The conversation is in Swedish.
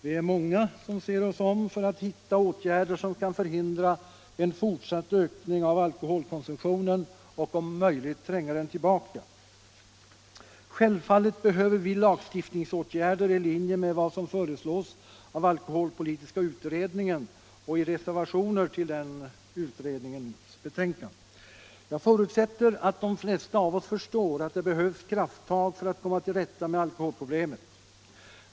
Vi är många som ser oss om för att hitta åtgärder, som kan förhindra en fortsatt ökning av alkoholkonsumtionen och om möjligt tränga den tillbaka. Självfallet behöver vi lagstiftningsåtgärder i linje med vad som föreslås av alkoholpolitiska utredningen och i reservationer till dess betänkande. Jag förutsätter att de flesta av oss förstår, att det behövs krafttag för att komma till rätta med alkoholproblemet.